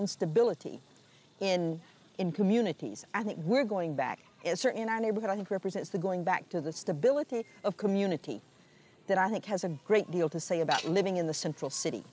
instability in in communities i think we're going back it's are in our neighborhood i think represents the going back to the stability of community that i think has a great deal to say about living in the central city